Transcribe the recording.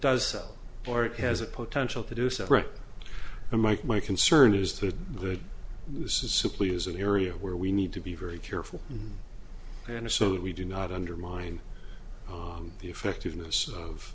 does or it has a potential to do so and mike my concern is that this is simply is an area where we need to be very careful and so that we do not undermine the effectiveness of